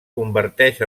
converteix